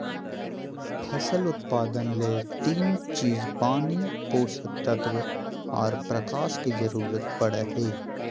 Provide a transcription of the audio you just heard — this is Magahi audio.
फसल उत्पादन ले तीन चीज पानी, पोषक तत्व आर प्रकाश के जरूरत पड़ई हई